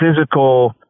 physical